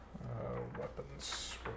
Weapons